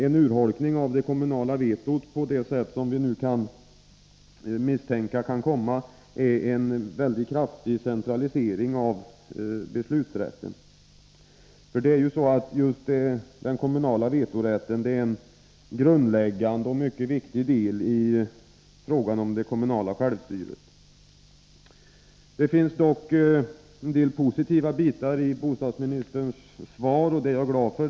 En urholkning av det kommunala vetot, på det sätt som vi nu kan misstänka kommer, innebär en mycket kraftig centralisering av beslutanderätten. Just den kommunala vetorätten är ju en grundläggande och mycket viktig del i det kommunala självstyret. Det finns dock en del positiva bitar i bostadsministerns svar, och det är jag glad för.